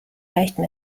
leichter